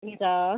हुन्छ